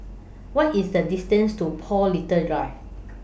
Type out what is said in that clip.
What IS The distance to Paul Little Drive